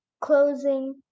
Closing